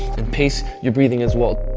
and pace your breathing as well.